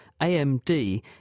AMD